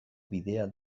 bidea